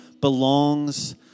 belongs